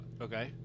Okay